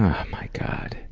um my god.